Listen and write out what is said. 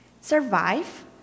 survive